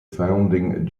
founding